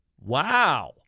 Wow